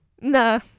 Nah